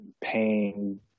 paying